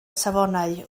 safonau